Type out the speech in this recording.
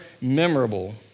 memorable